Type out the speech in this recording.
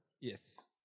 Yes